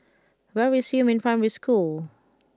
where is Yumin Primary School